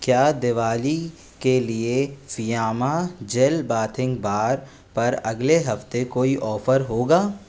क्या दिवाली के लिए फ़ीआमा जेल बेथिंग बार पर अगले हफ्ते कोई ऑफर होगा